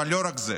אבל לא רק זה,